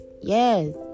yes